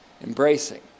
Embracing